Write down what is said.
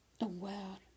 aware